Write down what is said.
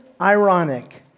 ironic